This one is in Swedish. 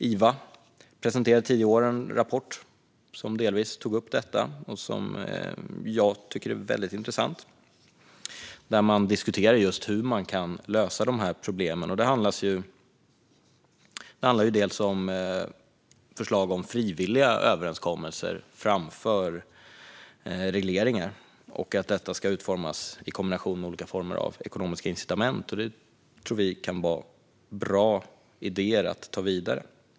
IVA presenterade tidigare i år en rapport som delvis tar upp detta och som jag tycker är väldigt intressant. Där diskuteras just hur man kan lösa de här problemen. Det handlar delvis om förslag om frivilliga överenskommelser framför regleringar och att detta ska utformas i kombination med olika former av ekonomiska incitament. Vi tror att det här kan vara bra idéer att ta vidare.